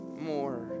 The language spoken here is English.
more